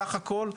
בסך הכל,